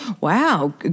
wow